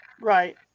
right